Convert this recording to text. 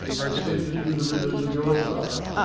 i send it through the rivers of your blood,